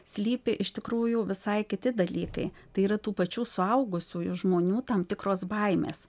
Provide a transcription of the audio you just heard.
slypi iš tikrųjų visai kiti dalykai tai yra tų pačių suaugusiųjų žmonių tam tikros baimės